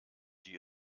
die